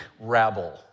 rabble